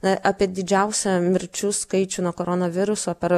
na apie didžiausią mirčių skaičių nuo koronaviruso per